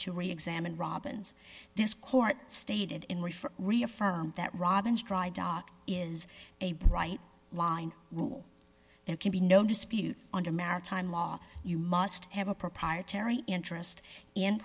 to re examine robins this court stated in reefer reaffirmed that robin's dry dock is a bright line and it can be no dispute under maritime law you must have a proprietary interest in